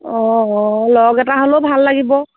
অঁ অঁ লগ এটা হ'লেও ভাল লাগিব